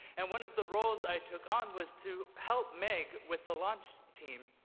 and one of the roles i took on was to help make, with the launch team.